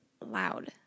loud